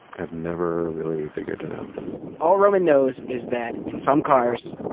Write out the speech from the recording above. i've never really figured it out all roman knows is that in some cars,